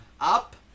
Up